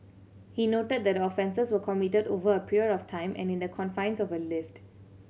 he noted that the offences were committed over a period of time and in the confines of a lift